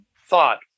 thought